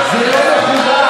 זה לא מכובד.